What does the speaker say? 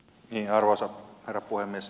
edustaja katajalle